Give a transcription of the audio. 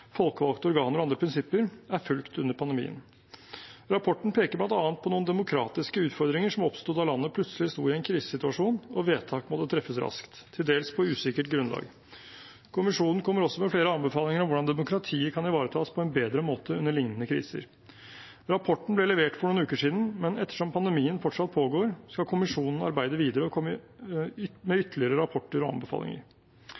folkevalgte organer og andre prinsipper, er fulgt under pandemien. Rapporten peker bl.a. på noen demokratiske utfordringer som oppsto da landet plutselig sto i en krisesituasjon og vedtak måtte treffes raskt, til dels på usikkert grunnlag. Kommisjonen kommer også med flere anbefalinger om hvordan demokratiet kan ivaretas på en bedre måte under liknende kriser. Rapporten ble levert for noen uker siden, men ettersom pandemien fortsatt pågår, skal kommisjonen arbeide videre og komme med